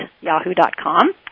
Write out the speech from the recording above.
yahoo.com